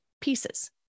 pieces